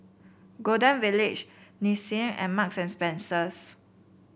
Golden Village Nissin and Marks and Spencer